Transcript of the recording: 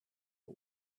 the